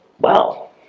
wow